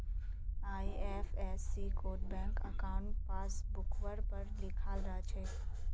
IFSC code bank अंकाउट पासबुकवर पर लिखाल रह छेक